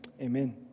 amen